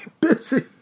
Busy